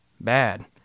Bad